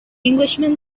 englishman